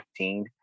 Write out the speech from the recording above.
15